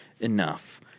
enough